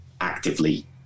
actively